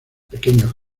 pequeños